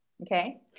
Okay